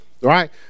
Right